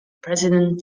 president